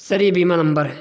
سر یہ بیمہ امبر ہے